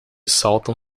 saltam